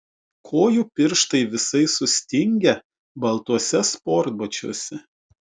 kojų pirštai visai sustingę baltuose sportbačiuose